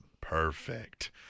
Perfect